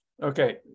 Okay